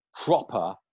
proper